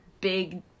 big